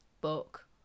book